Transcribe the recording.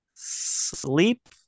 sleep